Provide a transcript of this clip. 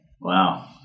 Wow